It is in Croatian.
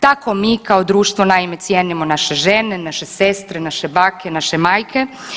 Tako mi kao društvo naime cijenimo naše žene, naše sestre, naše bake, naše majke.